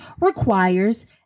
requires